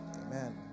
Amen